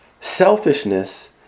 Selfishness